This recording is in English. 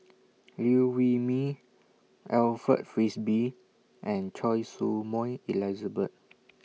Liew Wee Mee Alfred Frisby and Choy Su Moi Elizabeth